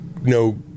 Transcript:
no